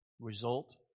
result